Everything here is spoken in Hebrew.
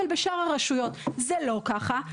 אבל, בשאר הרשויות זה לא כך.